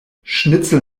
schnitzel